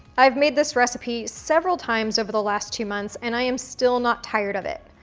i've made this recipe several times over the last two months and i am still not tired of it.